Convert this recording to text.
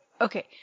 Okay